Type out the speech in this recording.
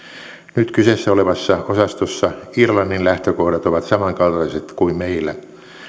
nyt kyseessä olevassa osastossa irlannin lähtökohdat ovat samankaltaiset kuin meillä